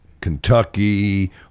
Kentucky